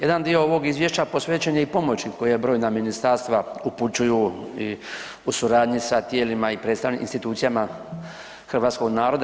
Jedan dio ovog Izvješća posvećen je i pomoći koja brojna ministarstva upućuju i suradnji sa tijelima i institucijama hrvatskog naroda.